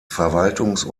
verwaltungs